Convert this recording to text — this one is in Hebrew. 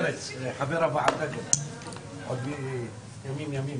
לציין ברחל בתך הקטנה את סוגי האשרות המוחרגות.